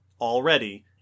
already